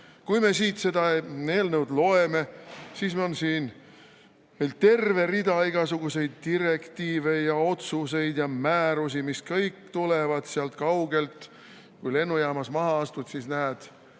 Kui me seda eelnõu loeme, siis on siin veel terve rida igasuguseid direktiive ja otsuseid ja määrusi, mis kõik tulevad sealt kaugelt. Kui lennujaamas maha astud, siis näed: